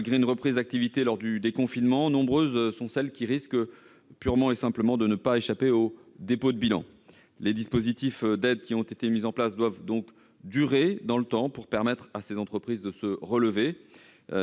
d'une reprise d'activité lors du déconfinement, nombreuses sont celles qui risquent purement et simplement de ne pas échapper au dépôt de bilan. Les dispositifs d'aide qui ont été mis en place doivent durer dans le temps pour permettre à ces entreprises de se relever.